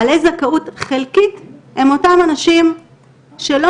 בעלי זכאות חלקית הם אותם אנשים שלא